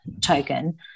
token